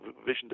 vision